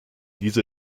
diese